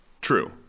true